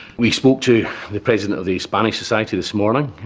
we spoke to the president of the spanish society this morning,